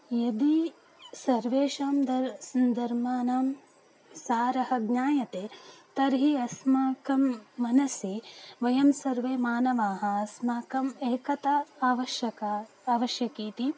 यदि सर्वेषां दर् स् धर्माणां सारः ज्ञायते तर्हि अस्माकं मनसि वयं सर्वे मानवाः अस्माकम् एकता आवश्यकी आवशकीति